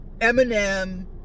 Eminem